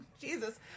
Jesus